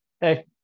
Hey